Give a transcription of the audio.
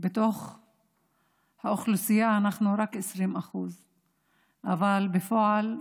בתוך האוכלוסייה, אנחנו רק 20% אבל בפועל,